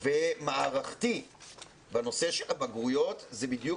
ומערכתי בנושא של הבגרויות זה בדיוק